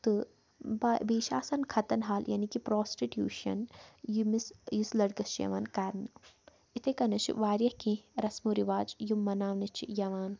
تہٕ بیٚیہِ چھِ آسان ختَن حال یعنے کہِ پرٛاسٹِٹیوٗشَن ییٚمِس یُس لٔڑکَس چھِ یِوان کَرنہٕ اِتھَے کٔنَتھ چھِ واریاہ کیٚنٛہہ رَسمو رِواج یِم مَناونہٕ چھِ یِوان